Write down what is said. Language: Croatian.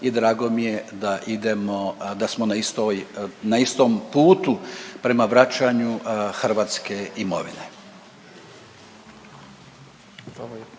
i drago mi je da idemo da smo na istom putu prema vraćanju hrvatske imovine.